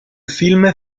film